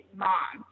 mom